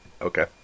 Okay